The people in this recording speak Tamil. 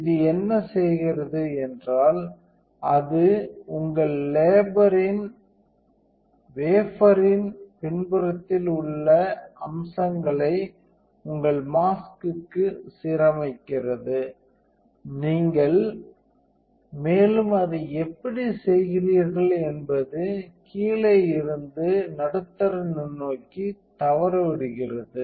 இது என்ன செய்கிறது என்றால் அது உங்கள் வேபர்ன் பின்புறத்தில் உள்ள அம்சங்களை உங்கள் மாஸ்க்க்கு சீரமைக்கிறது மேலும் நீங்கள் அதை எப்படி செய்கிறீர்கள் என்பது கீழே இருந்து நடுத்தர நுண்ணோக்கி தவறவிடுகிறது